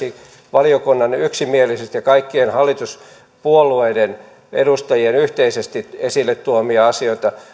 valiokunnan yksimielisesti ja kaikkien hallituspuolueiden edustajien yhteisesti esille tuomia asioita voin